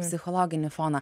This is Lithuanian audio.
psichologinį foną